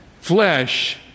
Flesh